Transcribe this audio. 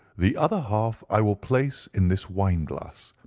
the other half i will place in this wine glass,